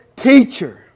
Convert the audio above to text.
teacher